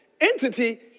entity